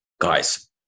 Guys